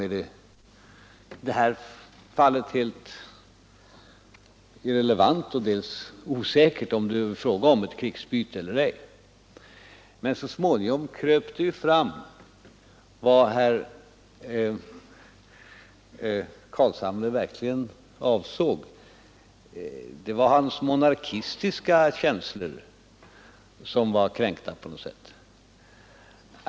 Dels är det här fallet helt irrelevant, dels är det osäkert om det gäller ett krigsbyte eller ej. Så småningom kröp det ändå fram vad herr Carlshamre verkligen avsåg — det var hans monarkistiska känslor som var kränkta på något sätt.